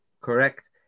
Correct